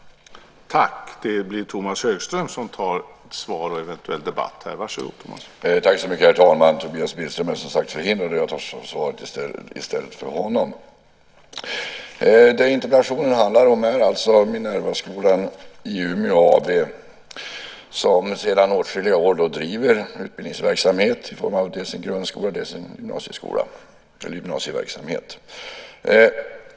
Då Tobias Billström, som framställt interpellationen, anmält att han var förhindrad att närvara vid sammanträdet medgav talmannen att Tomas Högström i stället fick delta i överläggningen.